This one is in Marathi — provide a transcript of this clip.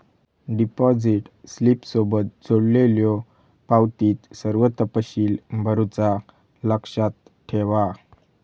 डिपॉझिट स्लिपसोबत जोडलेल्यो पावतीत सर्व तपशील भरुचा लक्षात ठेवा